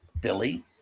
Billy